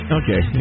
okay